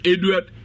Edward